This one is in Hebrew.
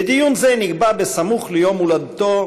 ודיון זה נקבע סמוך ליום הולדתו,